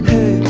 Hey